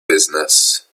business